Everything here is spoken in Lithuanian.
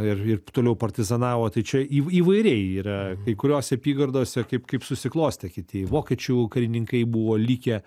ir ir toliau partizanavo tai čia šv įvairiai yra kai kuriose apygardose kaip kaip susiklostė kiti į vokiečių karininkai buvo likę